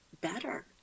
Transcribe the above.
better